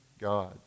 God